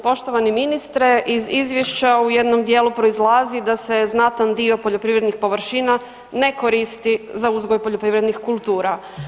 Poštovani ministre iz izvješća u jednom dijelu proizlazi da se znatan dio poljoprivrednih površina ne koristi za uzgoj poljoprivrednih kultura.